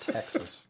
Texas